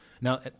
now